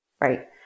right